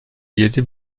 yedi